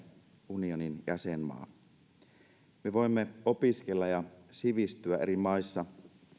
unionin jäsenmaa me voimme opiskella ja sivistyä eri maissa